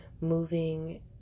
moving